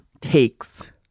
takes